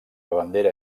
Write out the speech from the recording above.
bandera